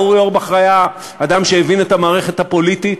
אורי אורבך היה אדם שהבין את המערכת הפוליטית,